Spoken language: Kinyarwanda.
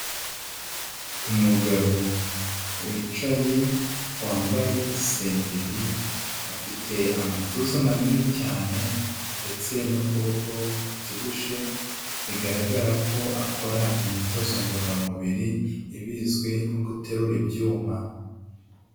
Umugabo wicaye wambaye isengeri, afite amatuza manini cyane ndetse n'ukuboko kubyibushye bigaragara ko akora imyitozo ngororamubiri iba izwi nko guterura ibyuma.